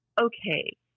okay